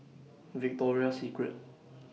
Victoria Secret